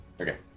okay